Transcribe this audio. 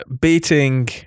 beating